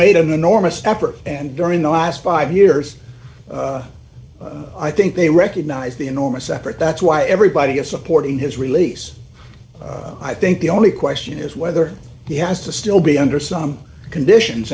made an enormous effort and during the last five years i think they recognize the enormous effort that's why everybody is supporting his release i think the only question is whether he has to still be under some conditions